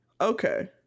Okay